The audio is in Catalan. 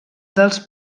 dels